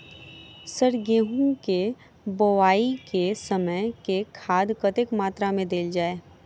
Sir गेंहूँ केँ बोवाई केँ समय केँ खाद कतेक मात्रा मे देल जाएँ?